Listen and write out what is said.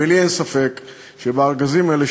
לי אין ספק שבארגזים האלה,